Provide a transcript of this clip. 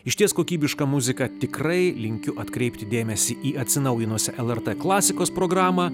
išties kokybišką muziką tikrai linkiu atkreipti dėmesį į atsinaujinusią lrt klasikos programą